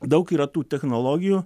daug yra tų technologijų